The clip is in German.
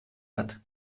hat